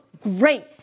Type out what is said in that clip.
great